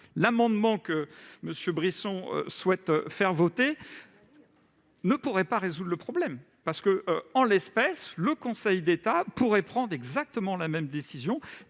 l'amendement que M. Brisson souhaite faire voter ne pourrait pas, me semble-t-il, résoudre le problème. En l'espèce, le Conseil d'État pourrait prendre exactement la même décision